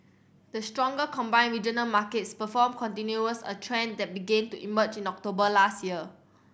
the stronger combined regional markets performance continues a trend that began to emerge in October last year